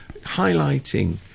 highlighting